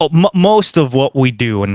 um most of what we do, and